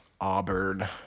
Auburn